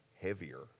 heavier